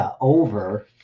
over